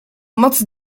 moc